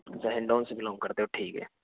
अच्छा हिंडोन से बिलोंग करते हो ठीक है